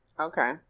Okay